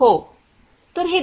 हो तर हे श्री